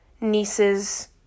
niece's